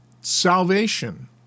salvation